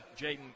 Jaden